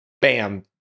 bam